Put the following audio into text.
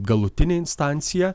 galutinė instancija